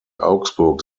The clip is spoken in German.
augsburg